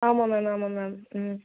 ஆமாம் மேம் ஆமாம் மேம் ம்